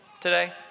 today